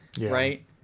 right